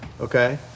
okay